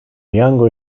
younger